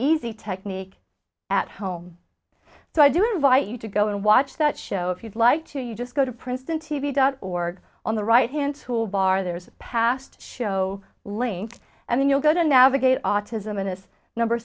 easy technique at home so i do invite you to go and watch that show if you'd like to you just go to princeton t v dot org on the right hand tool bar there's past show link and then you'll go to navigate autism and this number